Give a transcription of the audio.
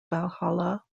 valhalla